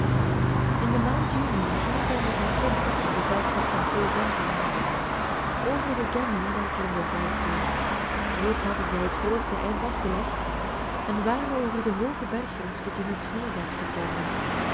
in de maand juni ging zij met haar kind in gezelschap van twee gemzenjagers over den gemmi naar grindelwald toe reeds hadden zij het grootste eind afgelegd en waren over den hoogen bergrug tot in het sneeuwveld gekomen